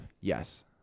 Yes